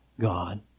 God